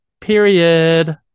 period